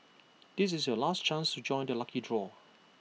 this is your last chance to join the lucky draw